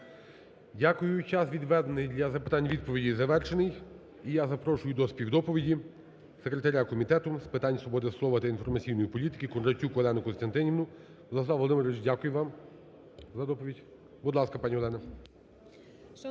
Дякую. Час, відведений для запитань, відповіді завершений, і я запрошую до співдоповіді секретаря Комітету з питань свободи слова та інформаційної політики Кондратюк Олену Костянтинівну. Владислав Володимирович, дякую вам за доповідь. Будь ласка, пані Олена.